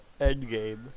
Endgame